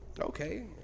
okay